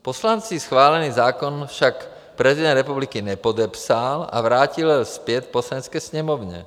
Poslanci schválený zákon však prezident republiky nepodepsal a vrátil jej zpět Poslanecké sněmovně.